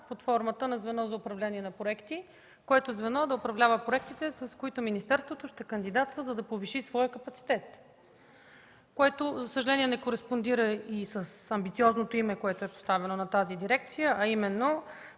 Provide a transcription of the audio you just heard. под формата на звено за управление на проекти, което да управлява проектите, с които министерството ще кандидатства, за да повиши своя капацитет. Това, за съжаление, не кореспондира с амбициозното име, което й е поставено, а именно